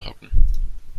hocken